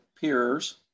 peers